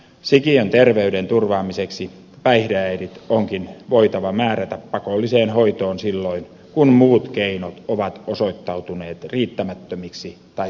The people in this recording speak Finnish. sikiön terveyden turvaamiseksi päihdeäidit onkin voitava määrätä pakolliseen hoitoon silloin kun muut keinot ovat osoittautuneet riittämättömiksi tai tehottomiksi